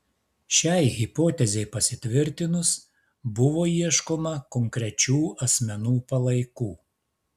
šiai hipotezei pasitvirtinus buvo ieškoma konkrečių asmenų palaikų